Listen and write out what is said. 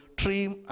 dream